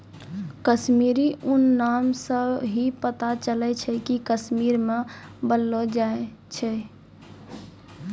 कश्मीरी ऊन नाम से ही पता चलै छै कि कश्मीर मे बनलो छै